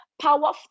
Power